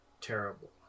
terrible